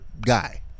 guy